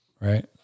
right